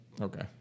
Okay